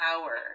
power